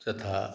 तथा